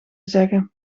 zeggen